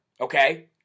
okay